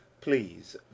please